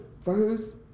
first